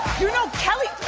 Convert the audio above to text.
you know kelly,